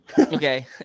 Okay